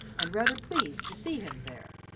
and rather pleased to see him there.